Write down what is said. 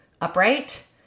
upright